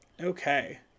Okay